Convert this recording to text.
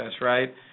right